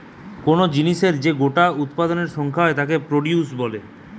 কুনো জিনিসের যে গোটা উৎপাদনের সংখ্যা হয় তাকে প্রডিউস বলে